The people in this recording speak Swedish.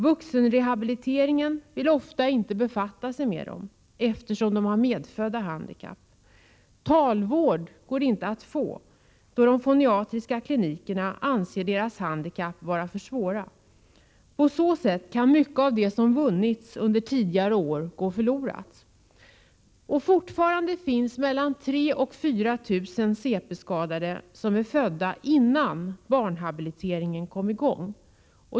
Vuxenrehabiliteringen vill ofta inte befatta sig med dem, eftersom de har ett medfött handikapp. Talvård går inte att få, då de foniatriska klinikerna anser deras handikapp vara för svåra. På så sätt kan mycket av det som vunnits under tidigare år gå förlorat. Fortfarande finns också mellan 3 000 och 4 000 cp-skadade, som är födda innan barnhabiliteringen kom i gång.